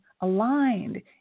aligned